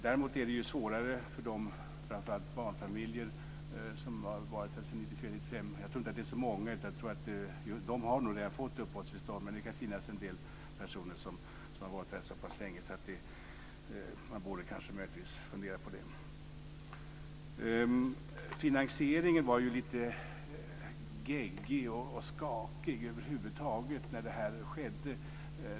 Däremot är det svårare för dem - och det gäller framför allt barnfamiljer - som har varit här sedan 1994-1995. De flesta har nog redan fått uppehållstillstånd, så jag tror inte att det är så många, men det kan finnas en del personer som har varit här så pass länge att man möjligtvis borde fundera på detta. Finansieringen var lite geggig och skakig över huvud taget när detta skedde.